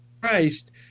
Christ